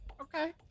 Okay